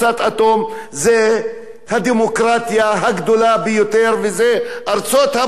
הדמוקרטיה הגדולה ביותר, ארצות-הברית, ועכשיו,